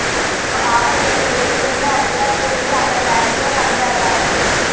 మా బాబాయి ఇరవై ఏళ్ళ క్రితమే అమెరికాకి యెల్లి అక్కడే బ్యాంకులో పనిజేత్తన్నాడు